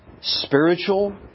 spiritual